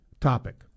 topic